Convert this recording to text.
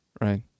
Right